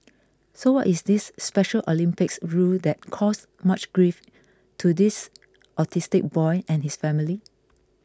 so what is this Special Olympics rule that caused much grief to this autistic boy and his family